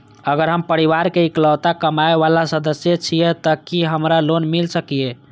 अगर हम परिवार के इकलौता कमाय वाला सदस्य छियै त की हमरा लोन मिल सकीए?